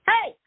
Hey